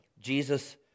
Jesus